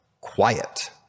quiet